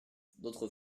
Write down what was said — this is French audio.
d’autres